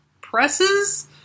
presses